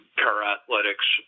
para-athletics